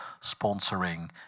sponsoring